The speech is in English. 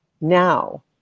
Now